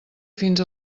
fins